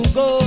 go